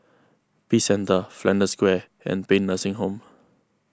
Peace Centre Flanders Square and Paean Nursing Home